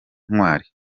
ntwali